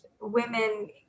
women